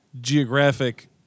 geographic